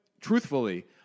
truthfully